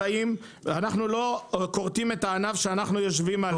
אנחנו לא כורתים את הענף שאנחנו יושבים עליו.